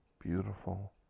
beautiful